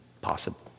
possible